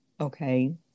Okay